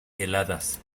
heladas